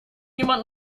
jemand